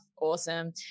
awesome